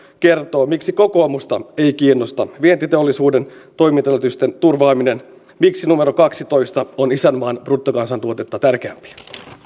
kertoo miksi kokoomusta ei kiinnosta vientiteollisuuden toimintaedellytysten turvaaminen miksi numero kaksitoista on isänmaan bruttokansantuotetta tärkeämpi